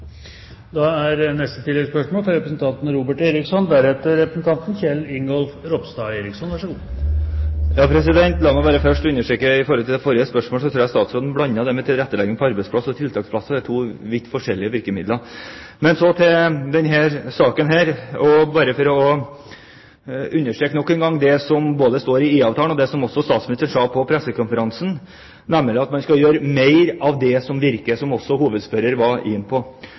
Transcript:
Robert Eriksson – til oppfølgingsspørsmål. La meg bare først understreke i forhold til forrige spørsmål at jeg tror statsråden blandet det med tilrettelegging på arbeidsplassen og tiltaksplasser. Det er to vidt forskjellige virkemidler. Så til denne saken. Bare for å understreke nok en gang det som både står i IA-avtalen, og som statsministeren sa på pressekonferansen, nemlig at man skal gjøre mer av det som virker, noe som også hovedspørrer var inne på.